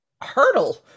hurdle